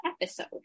episode